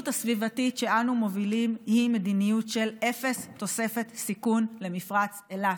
הסביבתית שאנו מובילים היא מדיניות של אפס תוספת סיכון למפרץ אילת.